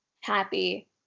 happy